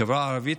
החברה הערבית,